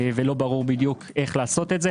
ולא ברור איך בדיוק לעשות את זה.